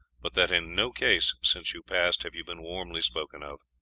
but that in no case since you passed have you been warmly spoken of.